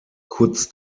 kurz